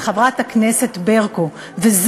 את